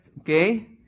okay